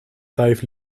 vijf